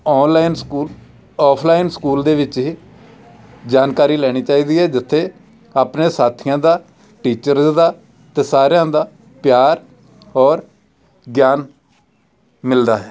online school offline school ਦੇ ਵਿੱਚ ਹੀ ਜਾਣਕਾਰੀ ਲੈਣੀ ਚਾਹੀਦੀ ਹੈ ਜਿੱਥੇ ਆਪਣੇ ਸਾਥੀਆਂ ਦਾ ਟੀਚਰ ਦਾ ਅਤੇ ਸਾਰਿਆਂ ਦਾ ਪਿਆਰ ਔਰ ਗਿਆਨ ਮਿਲਦਾ ਹੈ